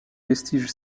vestiges